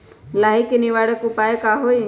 लाही के निवारक उपाय का होई?